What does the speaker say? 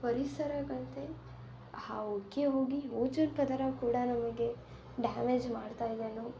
ಪರಿಸರಕ್ಕಂತೆ ಆ ಹೊಗೆ ಹೋಗಿ ಓಜೋನ್ ಪದರ ಕೂಡ ನಮಗೆ ಡ್ಯಾಮೇಜ್ ಮಾಡ್ತಾ ಇದೆ ಅನ್ನೋ